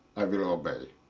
i will obey.